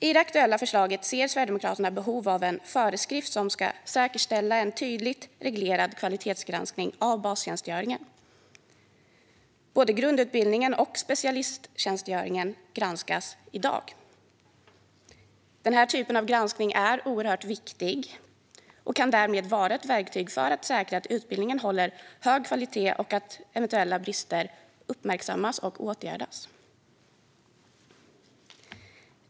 I det aktuella förslaget ser Sverigedemokraterna behov av en föreskrift som ska säkerställa en tydligt reglerad kvalitetsgranskning av bastjänstgöringen. Både grundutbildningen och specialisttjänstgöringen granskas i dag. Denna typ av granskning är oerhört viktig och kan vara ett verktyg för att säkra att utbildningen håller hög kvalitet och att eventuella brister uppmärksammas och åtgärdas.